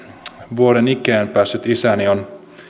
vuoden ikään päässyt isäni on